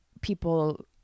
people